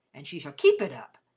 and she shall keep it up.